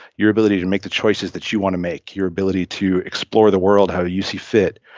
your ability to make the choices that you want to make, your ability to explore the world how you see fit,